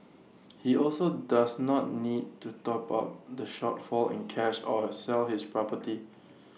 he also does not need to top up the shortfall in cash or sell his property